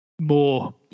more